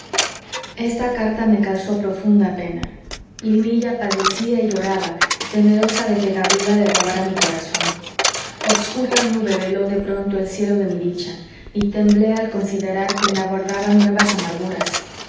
esta carta me causó profunda pena linilla padecía y lloraba temerosa de que gabriela le robara mi corazón obscura nube veló de pronto el cielo de mi dicha y temblé al considerar que me aguardaban nuevas amarguras